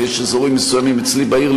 יש אזורים מסוימים אצלי בעיר,